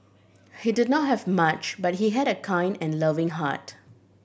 he did not have much but he had a kind and loving heart